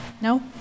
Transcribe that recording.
no